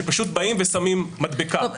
שבאים ושמים מדבקה.